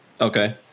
Okay